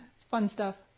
fun stuff.